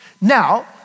Now